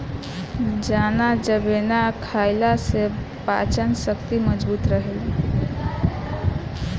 चना चबेना खईला से पाचन शक्ति मजबूत रहेला